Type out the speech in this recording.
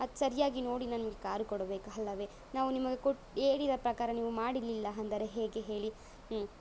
ಅದು ಸರ್ಯಾಗಿ ನೋಡಿ ನನಗೆ ಕಾರು ಕೊಡಬೇಕು ಅಲ್ಲವೇ ನಾವು ನಿಮಗೆ ಕೊಟ್ಟ ಹೇಳಿದ ಪ್ರಕಾರ ನೀವು ಮಾಡಲಿಲ್ಲ ಅಂದರೆ ಹೇಗೆ ಹೇಳಿ ಹ್ಞೂ